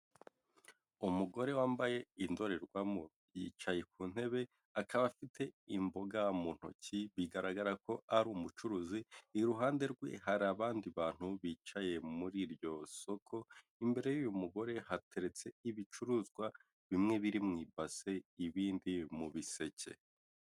Umugore wambaye indorerwamo, yicaye ku ntebe, akaba afite imboga mu ntoki bigaragara ko ari umucuruzi, iruhande rwe hari abandi bantu bicaye muri iryo soko, imbere y'uyu mugore hateretse ibicuruzwa bimwe biri mu ibase, ibindi mu biseke.